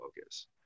focus